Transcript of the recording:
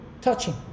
touching